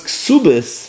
Ksubis